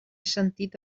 sentit